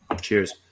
cheers